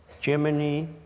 Germany